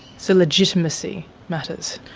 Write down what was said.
so legitimacy matters.